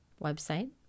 Website